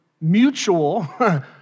Mutual